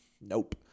Nope